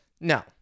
No